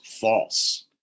false